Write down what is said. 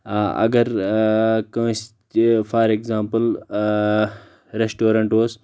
اگر کٲنٛسہِ تہِ فار اٮ۪گزامپٕل رٮ۪شٹورنٛٹ اوس